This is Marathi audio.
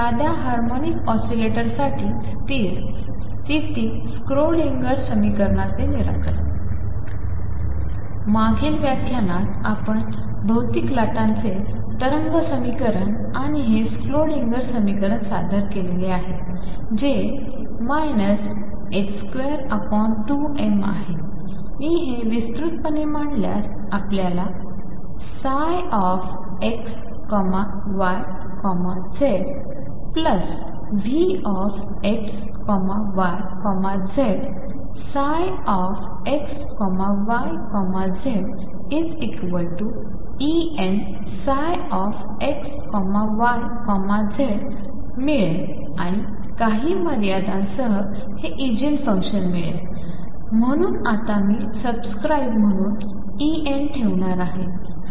साध्या हार्मोनिक ऑसीलेटरसाठी स्थिर स्थिती स्क्रोडिंगर समीकरणाचे निराकरण मागील व्याख्यानात आपण भौतिक लाटांचे तरंग समीकरण आणि हे स्क्रोडिंगर समीकरण सादर केले जे 22m आहे मी हे विस्तुतपणे मांडल्यास आपल्याल्या ψxyz VxyzψxyzEψxyz मिळेल आणि काही मर्यादांसह हे ईजीन फंक्शन मिळेल म्हणून आता मी सबस्क्राइब म्हणून En ठेवणार आहे